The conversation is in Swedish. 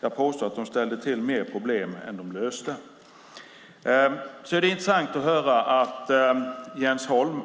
Jag påstår att de ställde till mer problem än de löste. Det är intressant att höra att Jens Holm